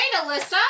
Alyssa